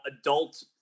adult